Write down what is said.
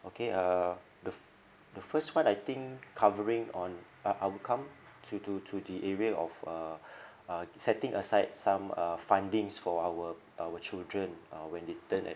okay uh the f~ the first one I think covering on uh I would come to do to the area of uh uh setting aside some uh fundings for our our children uh when they turn